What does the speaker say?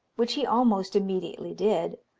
which he almost immediately did,